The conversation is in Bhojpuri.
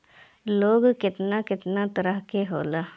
लोन केतना केतना तरह के होला?